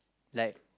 like